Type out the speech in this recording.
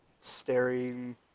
staring